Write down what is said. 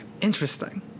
interesting